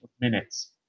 minutes